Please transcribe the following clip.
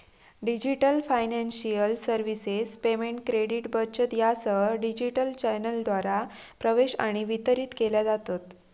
digital financial services payment, credit, बचत यासह digital चॅनेलद्वारा प्रवेश आणि वितरित केल्या जातत